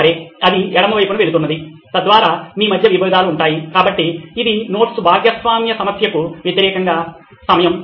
సరే అది ఎడమ వైపున వెళుతుంది తద్వారా మీ మధ్య విభేదాలు ఉంటాయి కాబట్టి ఇది నోట్స్ భాగస్వామ్య సమస్యకు వ్యతిరేకంగా సమయం